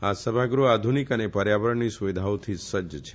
આ સભાગૃહ આધુનિક અને પર્યાવરણની સુવિધાઓથી સજ્જ છે